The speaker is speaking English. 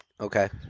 Okay